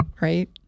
right